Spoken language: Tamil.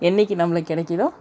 என்றைக்கி நம்மளுக்கு கிடைக்கிதோ